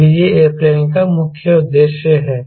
क्योंकि वह एयरप्लेन का मुख्य उद्देश्य है